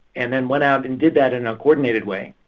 and then went out and did that in a coordinated way.